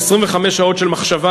25 שעות של מחשבה,